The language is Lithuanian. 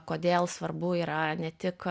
kodėl svarbu yra ne tik